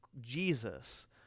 Jesus